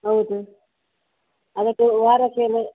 ಹೌದ್ ಅದಕ್ಕೆ ವಾರಕ್ಕೆ ಏನು